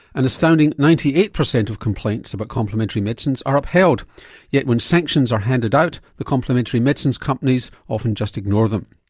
an astounding ninety eight percent of complaints about complementary medicines are upheld yet when sanctions are handed out the complementary medicine companies often just ignore them.